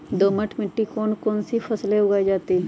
दोमट मिट्टी कौन कौन सी फसलें उगाई जाती है?